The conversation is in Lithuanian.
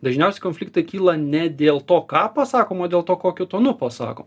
dažniausiai konfliktai kyla ne dėl to ką pasakom o dėl to kokiu tonu pasako